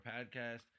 podcast